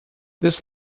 this